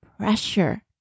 Pressure